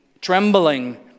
trembling